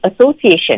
association